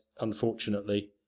unfortunately